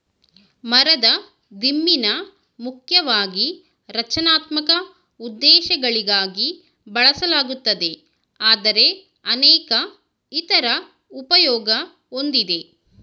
ಮರದ ದಿಮ್ಮಿನ ಮುಖ್ಯವಾಗಿ ರಚನಾತ್ಮಕ ಉದ್ದೇಶಗಳಿಗಾಗಿ ಬಳಸಲಾಗುತ್ತದೆ ಆದರೆ ಅನೇಕ ಇತರ ಉಪಯೋಗ ಹೊಂದಿದೆ